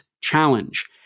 challenge